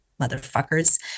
motherfuckers